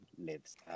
lives